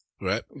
right